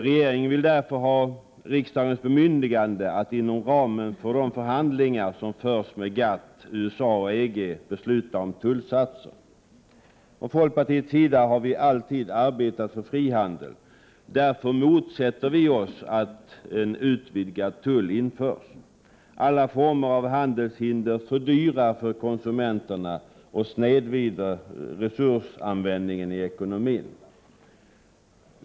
Regeringen vill ha riksdagens bemyndigande att inom ramen för de förhandlingar som förs med GATT, USA och EG besluta om tullsatser. Från folkpartiets sida har vi alltid arbetat för frihandel, och därför motsätter vi oss att en utvidgad tull införs. Alla former av handelshinder fördyrar för konsumenterna och snedvrider resursanvändningen i ekonomin.